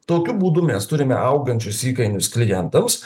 tokiu būdu mes turime augančius įkainius klientams